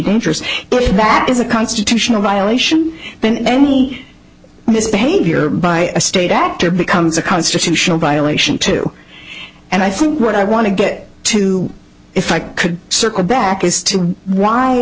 dangerous if that is a constitutional violation and any this behavior by a state actor becomes a constitutional violation too and i think what i want to get to if i could circle back is to why